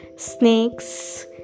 Snakes